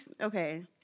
okay